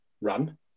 run